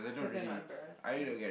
cause it not embarrassed ya